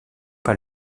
pas